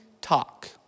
talk